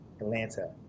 Atlanta